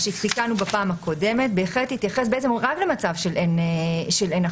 מה שתיקנו בפעם הקודמת בהחלט התייחס בעצם רק למצב של אין הכרזה.